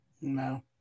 no